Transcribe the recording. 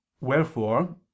Wherefore